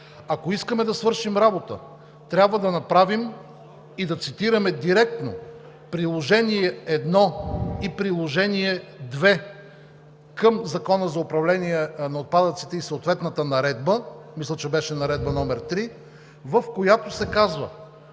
Ако искаме да свършим работа, трябва да цитираме директно Приложение № 1 и Приложение № 2 към Закона за управление на отпадъците и съответната наредба – мисля, че беше Наредба № 3, в която се казва